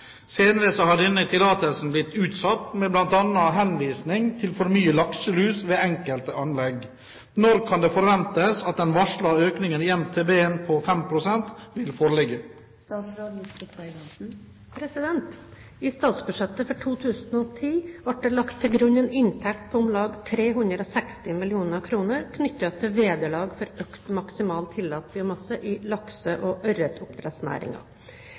har denne tillatelse blitt utsatt med bl.a. henvisning til for mye lakselus ved enkelte anlegg. Når kan det forventes at den varslede økningen i MTB-en på 5 pst. vil foreligge?» I statsbudsjettet for 2010 ble det lagt til grunn en inntekt på om lag 360 mill. kr knyttet til vederlag for økt maksimal tillatt biomasse i lakse- og